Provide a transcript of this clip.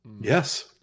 Yes